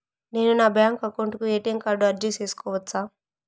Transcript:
నేను నా bank account కు ఎ.టి.ఎం కార్డు అర్జీ సేసుకోవచ్చా?